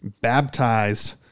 baptized